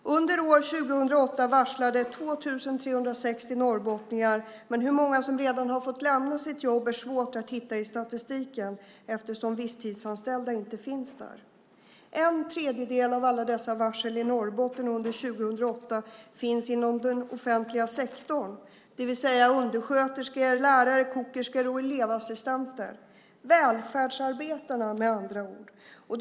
Under år 2008 varslades 2 360 norrbottningar, men hur många som redan har fått lämna sitt jobb är det svårt att hitta i statistiken eftersom visstidsanställda inte finns där. En tredjedel av alla dessa varsel i Norrbotten under 2008 finns inom den offentliga sektorn, det vill säga undersköterskor, lärare, kokerskor och elevassistenter - med andra ord: välfärdsarbetarna.